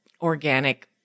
organic